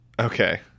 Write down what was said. Okay